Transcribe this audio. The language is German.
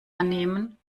annehmen